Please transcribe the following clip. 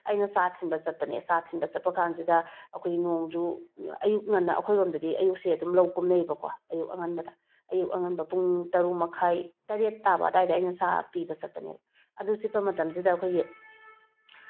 ꯑꯩꯅ ꯆꯥ ꯊꯤꯟꯕ ꯆꯠꯄꯅꯦ ꯆꯥ ꯊꯤꯟꯕ ꯆꯠꯄ ꯀꯥꯟꯁꯤꯗ ꯑꯩꯈꯣꯏꯒꯤ ꯅꯣꯡꯁꯨ ꯑꯌꯨꯛ ꯉꯟꯅ ꯑꯩꯈꯣꯏꯔꯣꯝꯗꯗꯤ ꯑꯌꯨꯛꯁꯦ ꯑꯗꯨꯝ ꯂꯧ ꯀꯨꯝꯅꯩꯑꯦꯕꯀꯣ ꯑꯌꯨꯛ ꯑꯉꯟꯕꯗ ꯑꯌꯨꯛ ꯑꯉꯥꯡꯕ ꯄꯨꯡ ꯇꯔꯨꯛ ꯃꯈꯥꯏ ꯇꯔꯦꯠ ꯇꯥꯕ ꯑꯗꯨꯋꯥꯏꯗ ꯑꯩꯅ ꯆꯥ ꯄꯤꯕ ꯆꯠꯄꯅꯦꯕ ꯑꯗꯨ ꯆꯠꯄ ꯃꯇꯝꯁꯤꯗ ꯑꯩꯈꯣꯏꯒꯤ